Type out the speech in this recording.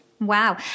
Wow